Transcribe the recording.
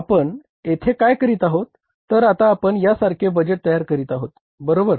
आपण येथे काय करीत आहोत तर आता आपण या सारखे बजेट तयार करीत आहोत बरोबर